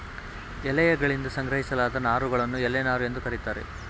ಎಲೆಯಗಳಿಂದ ಸಂಗ್ರಹಿಸಲಾದ ನಾರುಗಳನ್ನು ಎಲೆ ನಾರು ಎಂದು ಕರೀತಾರೆ